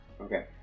Okay